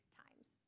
times